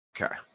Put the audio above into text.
Okay